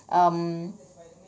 um